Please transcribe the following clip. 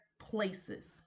places